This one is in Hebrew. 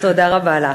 תודה רבה לך.